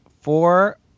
four